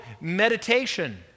meditation